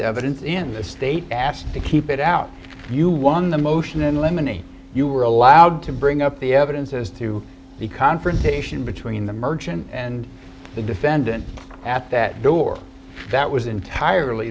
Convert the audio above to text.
evidence in the state asked to keep it out you won the motion in limine and you were allowed to bring up the evidence as to the confrontation between the merchant and the defendant at that door that was entirely